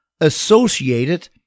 associated